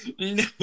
No